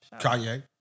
Kanye